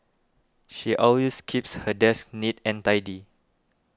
she always keeps her desk neat and tidy